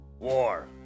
War